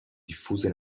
diffuse